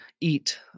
eat –